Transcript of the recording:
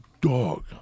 Dog